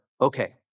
okay